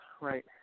right